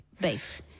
beef